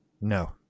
No